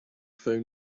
phone